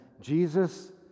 Jesus